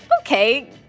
okay